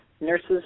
nurses